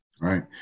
Right